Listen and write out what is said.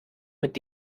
mit